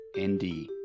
nd